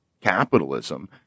capitalism